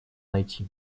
найти